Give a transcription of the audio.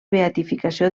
beatificació